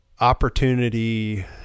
opportunity